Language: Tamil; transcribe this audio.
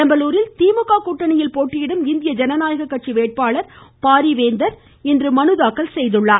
பெரம்பலூரில் திமுக கூட்டணியில் போட்டியிடும் இந்திய ஜனநாயக கட்சி வேட்பாளர் பாரிவேந்தர் இன்று வேட்புமனு தாக்கல் செய்தார்